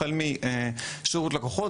החל משירות לקוחות,